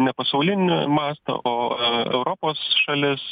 nepasaulininio masto o europos šalis